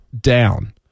down